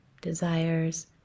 desires